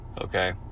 okay